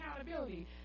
accountability